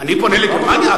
אני פונה לגרמניה?